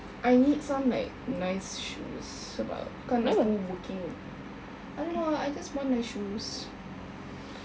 I need some like nice shoes sebab kan aku working I don't know ah I just want nice shoes